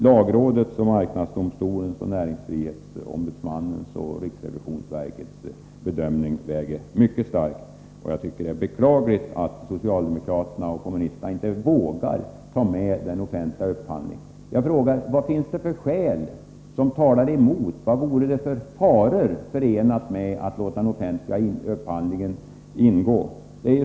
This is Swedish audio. Lagrådets, marknadsdomstolens, näringsfrihetsombudsmannens och riksrevisionsverkets bedömning väger mycket tungt, och jag tycker att det är beklagligt att socialdemokraterna och kommunisterna inte vågar ta med den offentliga upphandlingen. Vad finns det för skäl som talar emot? Vilka faror skulle vara förenade med att låta den offentliga upphandlingen ingå?